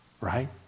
Right